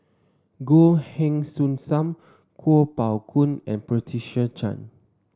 Goh Heng Soon Sam Kuo Pao Kun and Patricia Chan